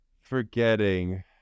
forgetting